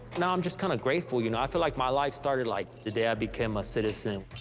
now i'm just kind of grateful. you know i feel like my life started like the day i became a citizen.